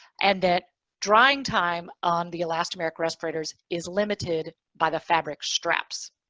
and that drying time on the elastomeric respirators is limited by the fabric straps.